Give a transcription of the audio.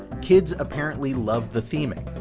kids apparently loved the theming.